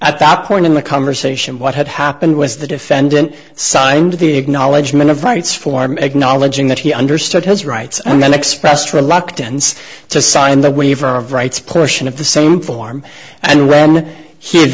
at that point in the conversation what had happened was the defendant signed the acknowledgement of rights for make knowledge in that he understood his rights and then expressed reluctance to sign the waiver of rights portion of the same form and when he